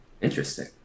Interesting